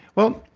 well,